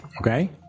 Okay